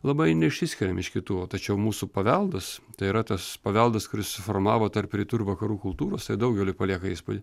labai neišsiskiriam iš kitų tačiau mūsų paveldas tai yra tas paveldas kuris susiformavo tarp rytų ir vakarų kultūros tai daugeliui palieka įspūdį